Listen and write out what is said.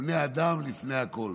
בני אדם לפני הכול.